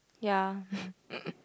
ya